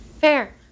Fair